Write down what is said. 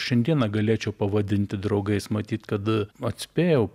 šiandieną galėčiau pavadinti draugais matyt kad atspėjau